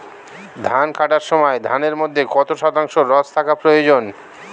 ধান কাটার সময় ধানের মধ্যে কত শতাংশ রস থাকা প্রয়োজন?